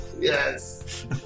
Yes